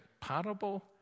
parable